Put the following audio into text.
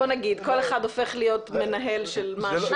בוא נגיד, כל אחד הופך להיות מנהל של משהו.